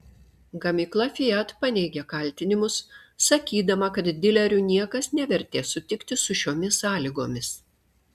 gamykla fiat paneigė kaltinimus sakydama kad dilerių niekas nevertė sutikti su šiomis sąlygomis